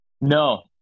No